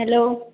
hello